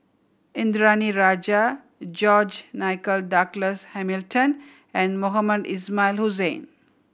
Indranee Rajah George Nigel Douglas Hamilton and Mohamed Ismail Hussain